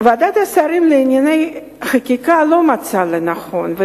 ועדת השרים לענייני חקיקה לא מצאה לנכון לתמוך בהצעת החוק,